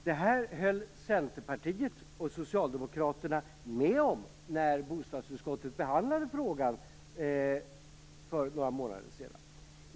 Det här höll Centerpartiet och Socialdemokraterna med om när bostadsutskottet behandlade frågan för några månader sedan.